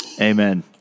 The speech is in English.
Amen